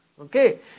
Okay